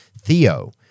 Theo